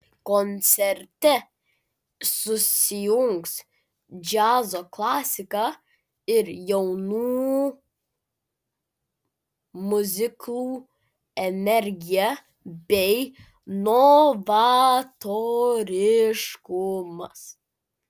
koncerte susijungs džiazo klasika ir jaunų muzikų energija bei novatoriškumas